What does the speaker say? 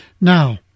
Now